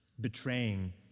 Betraying